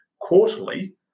quarterly